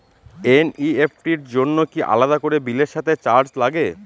NEFT র জন্য কি আলাদা করে বিলের সাথে চার্জ লাগে?